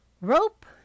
Rope